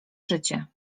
życie